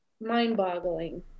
mind-boggling